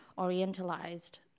orientalized